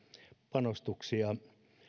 panostuksia